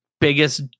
biggest